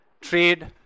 trade